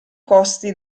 costi